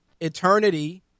Eternity